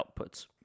outputs